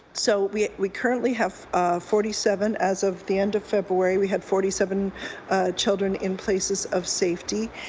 so we we currently have forty seven as of the end of february. we had forty seven children in places of safety.